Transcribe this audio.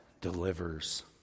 delivers